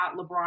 LeBron